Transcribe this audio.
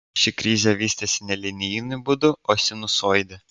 ši krizė vystysis ne linijiniu būdu o sinusoide